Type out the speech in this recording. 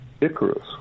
Icarus